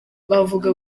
bavuga